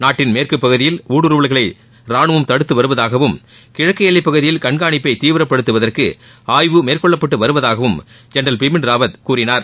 நாட்டின் மேற்குப்பகுதியில் ஊடுருவல்களை ராணுவம் தடுத்து வருவதாகவும் கிழக்கு எல்லைப்பகுதியில் கண்கானிப்பை தீவிரப்படுத்துவதற்கு ஆய்வு மேற்கொள்ளப்பட்டு வருவதாகவும் ஜென்ரல் பிபின்ராவத் கூறினார்